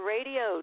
Radio